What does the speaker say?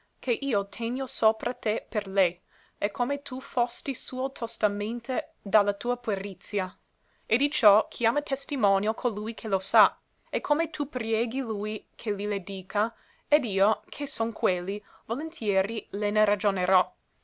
che io tegno sopra te per lei e come tu fosti suo tostamente da la tua puerizia e di ciò chiama testimonio colui che lo sa e come tu prieghi lui che li le dica ed io che son quelli volentieri le ne ragionerò